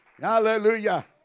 Hallelujah